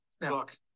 Look